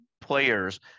players